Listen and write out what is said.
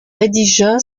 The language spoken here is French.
rédigea